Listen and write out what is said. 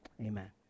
amen